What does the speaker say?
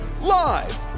Live